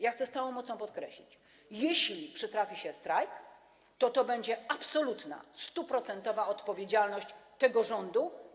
Ja chcę z całą mocą podkreślić, że jeśli przytrafi się strajk, to będzie absolutna, 100-procentowa odpowiedzialność tego rządu.